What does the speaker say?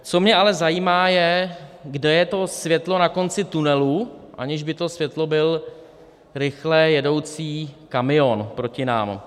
Co mě ale zajímá, je to, kde je to světlo na konci tunelu, aniž by to světlo byl rychle jedoucí kamion proti nám.